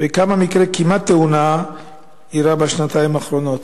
4. כמה מקרי כמעט-תאונה אירעו בשנתיים האחרונות?